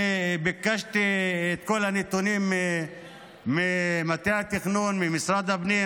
אני ביקשתי את כל הנתונים ממטה התכנון ממשרד הפנים,